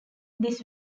this